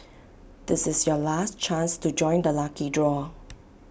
this is your last chance to join the lucky draw